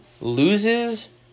loses